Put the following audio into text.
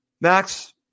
Max